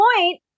point